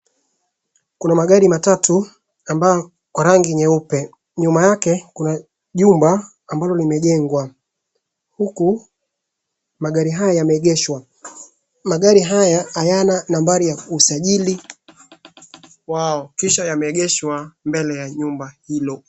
Kuna magari matatu ambayo kwa rangi nyeupe, nyuma yake kuna jumba ambalo limejengwa huku magari haya yameegeshwa, magari haya hayana nambari ya usajili wao kisha yameegeshwa mbele ya nyumba hilo.